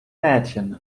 mädchen